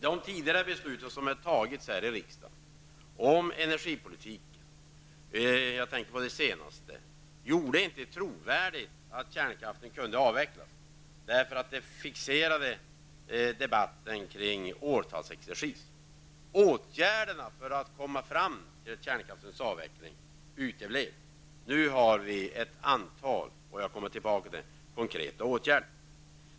Det senaste beslutet som fattades i riksdagen om energipolitiken gör det inte trovärdigt att kärnkraften kan avvecklas. Detta beslut har fixerat debatten omkring en årtalsexersis. Åtgärderna för att komma fram till kärnkraftsavvecklingen har uteblivit. Nu finns det ett antal konkreta åtgärder. Jag kommer tillbaka till det.